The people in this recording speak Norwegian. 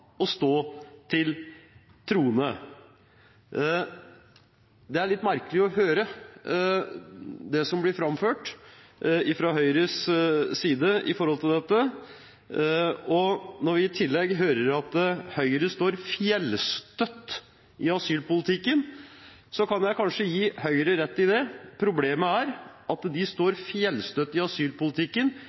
å stå til troende. Det er litt merkelig å høre det som blir framført fra Høyres side om dette. Når vi i tillegg hører at Høyre står fjellstøtt i asylpolitikken, kan jeg kanskje gi Høyre rett i det. Problemet er at de står fjellstøtt i asylpolitikken